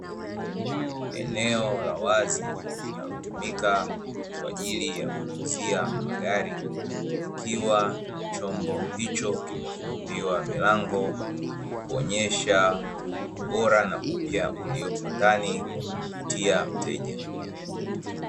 Eneo la wazi linalotumika kwa ajili ya kuuzia magari, ikiwa na chombo hicho kimefunguliwa milango, kuonyesha ubora na upya uliopo ndani kwa kumvutia mteja.